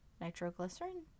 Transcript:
Nitroglycerin